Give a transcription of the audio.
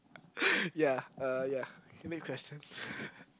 ya uh ya okay next question